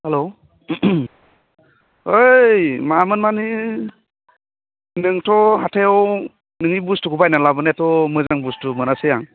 हेल' ओइ मामोन माने नोंथ' हाथायाव नोंनि बुस्थुखौ बायना लाबोनायाथ' मोजां बुस्थु मोनासै आं